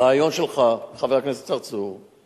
הרעיון שלך, חבר הכנסת צרצור,